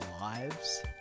lives